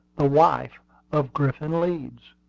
the wife of griffin leeds,